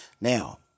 Now